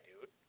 dude